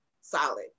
solid